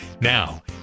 Now